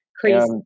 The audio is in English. Crazy